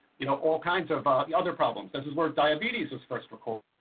you know all kinds of other problems this is where diabetes was first recorded.